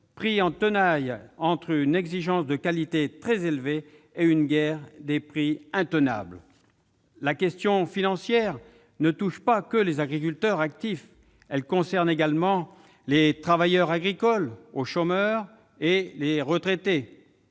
pris en tenaille entre une exigence de qualité très élevée et une guerre des prix intenable. La question financière ne touche pas que les agriculteurs actifs. Elle concerne également les travailleurs agricoles au chômage et les retraités.